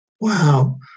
Wow